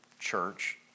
church